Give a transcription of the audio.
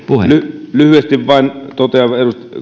puhemies lyhyesti vain totean